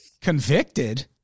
Convicted